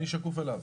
אני שקוף אליו,